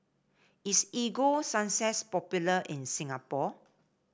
is Ego Sunsense popular in Singapore